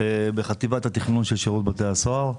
חטיבת התכנון של שירות בתי הסוהר.